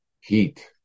heat